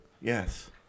Yes